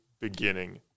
beginning